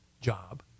job